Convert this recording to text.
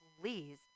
Please